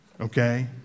okay